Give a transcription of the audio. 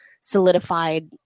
solidified